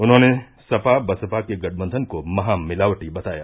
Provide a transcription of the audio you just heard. उन्होंने सपा बसपा के गठबंधन को महामिलावटी बताया